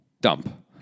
dump